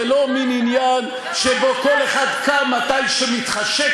זה לא מין עניין שבו כל אחד קם מתי שמתחשק